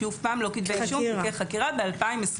שוב פעם, לא כתבי אישום, תיקי חקירה ב-2021.